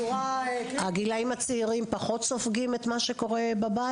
הגילאים הצעירים פחות סופגים את מה שקורה בבית?